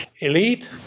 elite